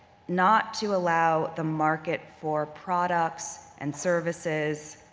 not to allow the market for products and services,